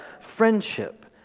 friendship